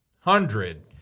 hundred